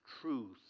truth